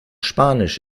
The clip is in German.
spanisch